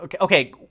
Okay